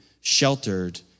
sheltered